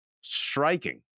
striking